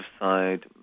side